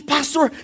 Pastor